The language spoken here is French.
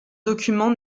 document